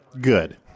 Good